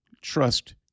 trust